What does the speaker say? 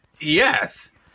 yes